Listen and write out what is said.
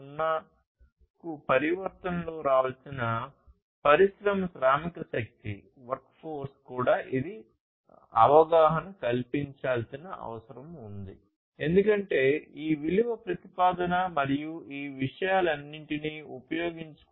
0 కు పరివర్తనలోకి రావాల్సిన పరిశ్రమ శ్రామికశక్తికి విఫలం కావచ్చు